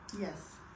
Yes